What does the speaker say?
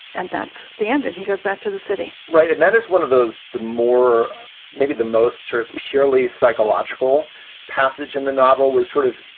and that's the end. and he goes back to the city right. and that is one of those the more maybe the most sort of purely psychological passage in the novel where sort of,